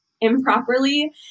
improperly